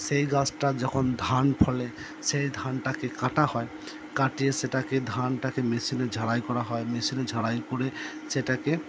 সেই গাছটা যখন ধান ফলে সেই ধানটাকে কাটা হয় কাটিয়ে সেটাকে ধানটাকে মেশিনে ঝাড়াই করা হয় মেশিনে ঝাড়াই করে সেটাকে